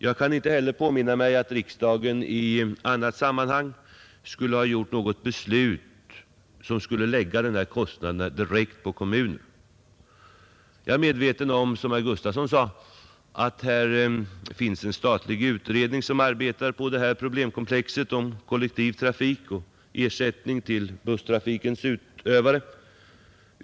Jag kan inte heller påminna mig att riksdagen i annat sammanhang skulle ha fattat något beslut som skulle lägga denna kostnad direkt på kommunerna. Jag är medveten om — som herr Gustafson sade — att det finns en statlig utredning som arbetar på detta problemkomplex om kollektiv trafik och ersättning till busstrafikens utövare.